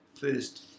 first